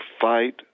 fight